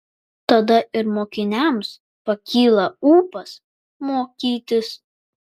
tada ir mokiniams pakyla ūpas mokytis